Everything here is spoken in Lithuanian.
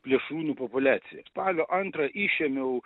plėšrūnų populiacija spalio antrą išėmiau